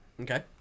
Okay